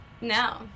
No